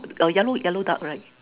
oh err yellow yellow duck right